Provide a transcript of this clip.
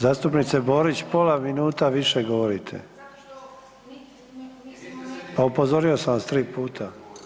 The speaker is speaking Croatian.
Zastupnice Borić pola minuta više govorite, upozorio sam vas 3 puta.